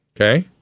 Okay